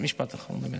משפט אחרון.